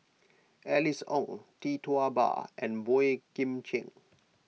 Alice Ong Tee Tua Ba and Boey Kim Cheng